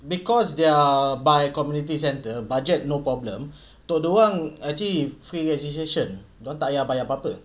because they're by community centre budget no problem untuk dia punya wang actually it's free registration dia orang tak payah bayar apa-apa